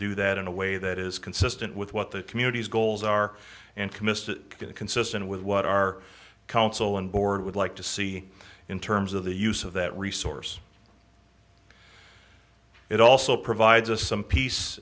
do that in a way that is consistent with what the communities goals are and committed to consistent with what our counsel and board would like to see in terms of the use of that resource it also provides us some peace